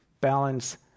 balance